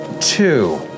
two